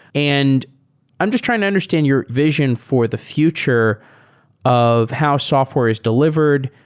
and i'm just trying to understand your vision for the future of how software is delivered.